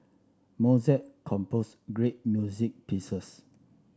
Mozart composed great music pieces